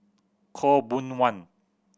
Khaw Boon Wan